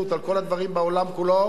על כל הדברים בעולם כולו,